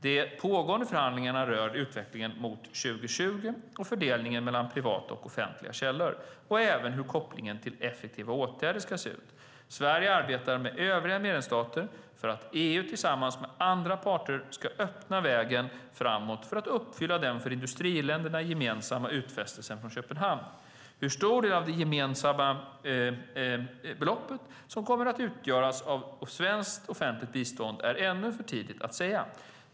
De pågående förhandlingarna rör utvecklingen mot 2020 och fördelningen mellan privata och offentliga källor och även hur kopplingen till effektiva åtgärder ska se ut. Sverige arbetar med övriga medlemsstater för att EU tillsammans med andra parter ska öppna vägen framåt för att uppfylla den för industriländerna gemensamma utfästelsen från Köpenhamn. Hur stor del av det gemensamma beloppet som kommer att utgöras av svenskt offentligt bistånd är ännu för tidigt att säga.